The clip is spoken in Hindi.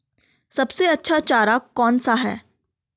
सबसे अच्छा चारा कौन सा है?